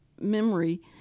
memory